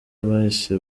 bahise